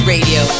Radio